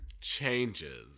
Changes